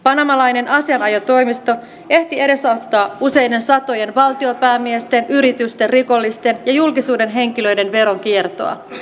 panamalainen asianajotoimisto ehti edesauttaa useiden satojen valtionpäämiesten yritysten rikollisten ja julkisuuden henkilöiden veronkiertoa